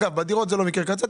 אגב, בדירות זה לא מקרה קצה.